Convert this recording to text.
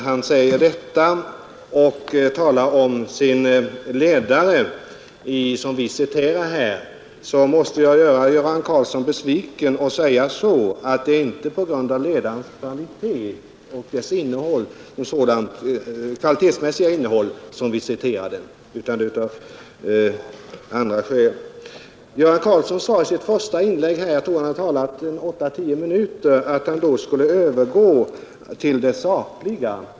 Men när han uttrycker sin förtjusning över att vi citerar den ledaren måste jag göra honom besviken; det är inte på grund av ledarens kvalitetsmässiga innehåll som vi citerar den utan av andra skäl. Göran Karlsson sade i sitt första inlägg, när han hade talat åtta—tio minuter, att han skulle övergå till det sakliga.